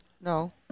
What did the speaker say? No